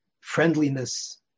friendliness